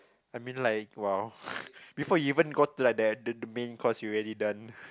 I mean like !wow! before you even go to the main course you already done